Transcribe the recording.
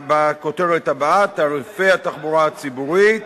בכותרת הבאה: תעריפי התחבורה הציבורית.